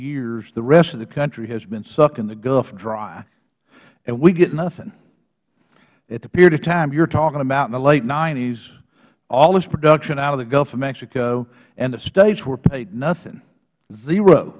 hyears the rest of the country has been sucking the gulf dry and we get nothing at the period of time you are talking about in the late nineties all this production out of the gulf of mexico and the states were paid nothing zero